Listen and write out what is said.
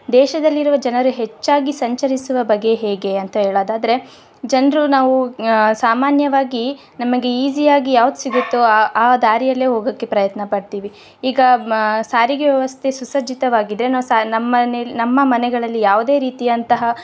ದೇಶದಲ್ಲಿರುವ ಜನರು ಹೆಚ್ಚಾಗಿ ಸಂಚರಿಸುವ ಬಗೆ ಹೇಗೆ ಅಂತ ಹೇಳೋದಾದ್ರೆ ಜನರು ನಾವು ಸಾಮಾನ್ಯವಾಗಿ ನಮಗೆ ಈಸಿಯಾಗಿ ಯಾವ್ದು ಸಿಗುತ್ತೋ ಆ ಆ ದಾರಿಯಲ್ಲೇ ಹೋಗೋಕ್ಕೆ ಪ್ರಯತ್ನ ಪಡ್ತೀವಿ ಈಗ ಸಾರಿಗೆ ವ್ಯವಸ್ಥೆ ಸುಸಜ್ಜಿತವಾಗಿದ್ದರೆ ನಾವು ಸ ನಮ್ಮ ಮನೆಲ್ ನಮ್ಮ ಮನೆಗಳಲ್ಲಿ ಯಾವುದೇ ರೀತಿಯಂತಹ